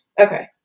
Okay